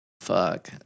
Fuck